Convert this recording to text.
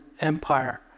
Empire